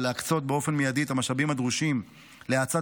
ולהקצות באופן מיידי את המשאבים הדרושים להאצת